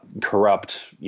corrupt